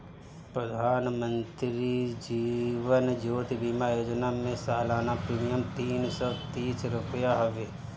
प्रधानमंत्री जीवन ज्योति बीमा योजना में सलाना प्रीमियम तीन सौ तीस रुपिया हवे